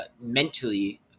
mentally